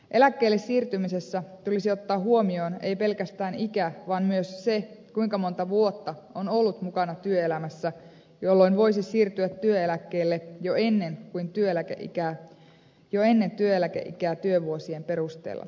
eläkkeelle siirtymisessä tulisi ottaa huomioon ei pelkästään ikä vaan myös se kuinka monta vuotta on ollut mukana työelämässä jolloin voisi siirtyä työeläkkeelle jo ennen työeläkeikää työvuosien perusteella